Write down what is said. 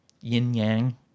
yin-yang